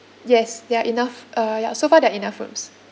yes there are enough uh ya so far there're enough rooms